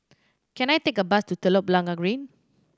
can I take a bus to Telok Blangah Green